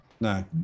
No